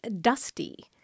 dusty